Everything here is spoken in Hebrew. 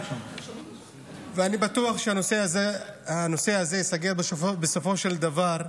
אני בטוח שהנושא הזה ייסגר, בסופו של דבר,